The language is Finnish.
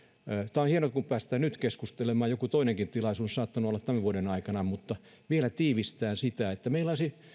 tämä on hienoa kun päästään nyt keskustelemaan joku toinenkin tilaisuus on saattanut olla tämän vuoden aikana vielä tiivistettyä sitä että meillä